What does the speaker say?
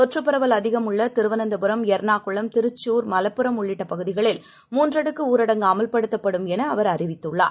தொற்றுபரவல்அதிகமுள்ளதிருவனந்தபுரம் எர்ணாகுளம் திருச்சூர்மலப்புரம்உள்ளிட்டபகுதிகளில்மூன்றடுக்குஊரடங்குஅமல்படுத்தப் படும்எனஅவர்அறிவித்துள்ளார்